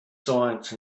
science